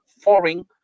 foreign